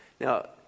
Now